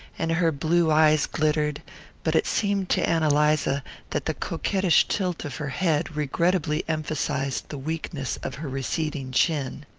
and her blue eyes glittered but it seemed to ann eliza that the coquettish tilt of her head regrettably emphasized the weakness of her receding chin.